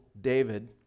David